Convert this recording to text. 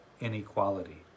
inequality